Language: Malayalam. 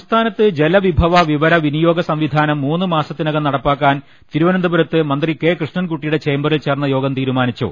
സംസ്ഥാനത്ത് ജലവിഭവ വിവര വിനിയോഗ സംവി ധാനം മൂന്നുമാസത്തിനകം നടപ്പാക്കാൻ തിരുവനന്ത പുരത്ത് മന്ത്രി കെ കൃഷ്ണൻകുട്ടിയുടെ ചേംബറിൽ ചേർന്ന യോഗം തീരുമാനിച്ചു